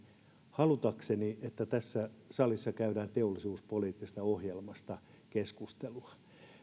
halutakseni että tässä salissa käydään teollisuuspoliittisesta ohjelmasta keskustelua